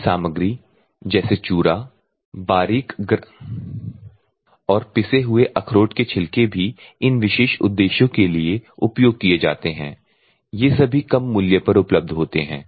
कृषि सामग्री जैसे चूरा बारीक ग्राउंड कॉर्नकोब और पिसे हुए अखरोट के छिलके भी इन विशेष उद्देश्यों के लिए उपयोग किए जाते हैं ये सभी कम मूल्य पर उपलब्ध होते हैं